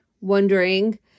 wondering